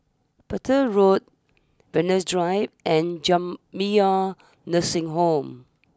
Petir Road Venus Drive and Jamiyah Nursing Home